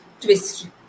twist